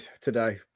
today